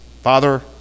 father